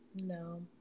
no